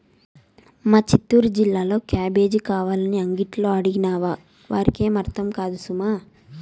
మా చిత్తూరు జిల్లాలో క్యాబేజీ కావాలని అంగట్లో అడిగినావా వారికేం అర్థం కాదు సుమా